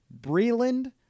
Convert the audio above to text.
Breland